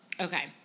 Okay